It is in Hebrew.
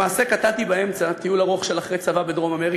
למעשה קטעתי באמצע טיול ארוך של אחרי הצבא בדרום-אמריקה